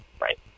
Right